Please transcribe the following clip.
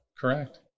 Correct